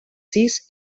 sis